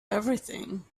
everything